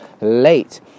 late